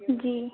جی